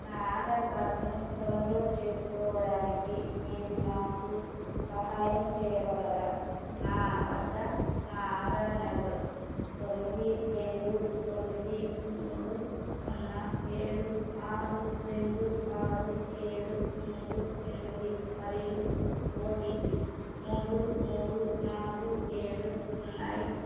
నా ఆధార్కార్డ్ను డౌన్లోడ్ చేసుకోవడానికి మీరు నాకు సహాయం చేయగలరా నా వద్ద నా ఆధార్ నెంబరు తొమ్మిది రెండు తొమ్మిది మూడు సున్నా ఏడు ఆరు రెండు ఆరు ఏడు మూడు ఎనిమిది మరియు ఓటిపి మూడు మూడు నాలుగు ఏడు ఉన్నాయి